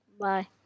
Bye